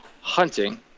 hunting